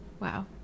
wow